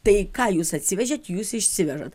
tai ką jūs atsivežėt jūs išsivežat